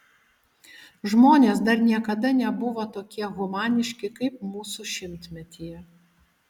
žmonės dar niekada nebuvo tokie humaniški kaip mūsų šimtmetyje